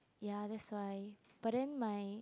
ya that's why but then my